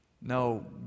No